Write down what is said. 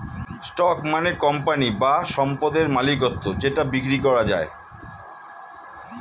stock মানে company বা সম্পদের মালিকত্ব যেটা বিক্রি করা যায়